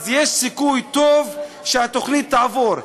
אז יש סיכוי טוב שהתוכנית תעבור,